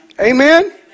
Amen